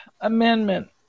Amendment